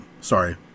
Sorry